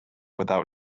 without